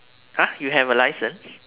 !huh! you have a license